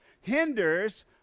hinders